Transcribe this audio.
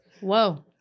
Whoa